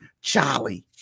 Charlie